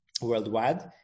worldwide